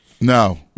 No